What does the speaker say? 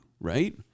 right